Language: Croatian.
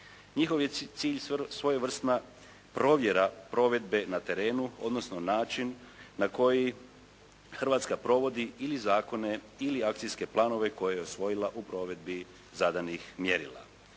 Njihov je cilj svojevrsna provjera provedbe na terenu odnosno način na koji Hrvatska provodi ili zakone ili akcijske planove koje je usvojila u provedbi zadanih mjerila.